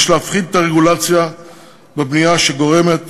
יש להפחית את הרגולציה בבנייה, שגורמת